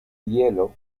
hielo